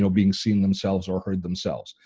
so being seen themselves or heard themselves.